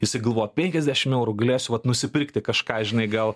jisai galvoja penkiasdešimt eurų galėsiu vat nusipirkti kažką žinai gal